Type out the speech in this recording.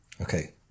Okay